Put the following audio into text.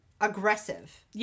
aggressive